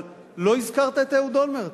אבל לא הזכרת את אהוד אולמרט.